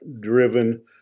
driven